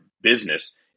business